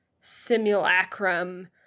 simulacrum